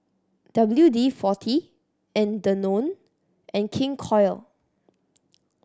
W D Forty and Danone and King Koil